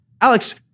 Alex